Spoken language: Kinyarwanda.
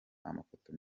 amafoto